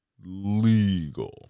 legal